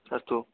अस्तु